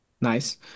Nice